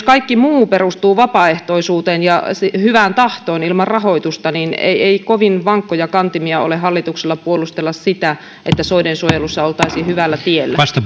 kaikki muu perustuu vapaaehtoisuuteen ja hyvään tahtoon ilman rahoitusta niin ei ei kovin vankkoja kantimia ole hallituksella puolustella sitä että soidensuojelussa oltaisiin hyvällä tiellä